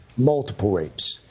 multiple rapes.